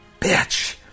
bitch